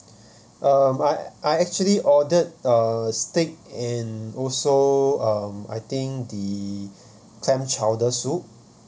um I I actually ordered a steak and also um I think the clam chowder soup